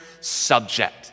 subject